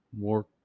More